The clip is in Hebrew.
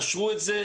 אשרו את זה,